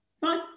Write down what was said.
Fine